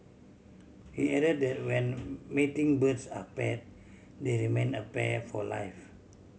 he added that when mating birds are pair they remain a pair for life